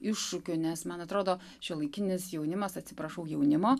iššūkių nes man atrodo šiuolaikinis jaunimas atsiprašau jaunimo